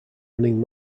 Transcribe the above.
running